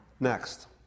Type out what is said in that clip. Next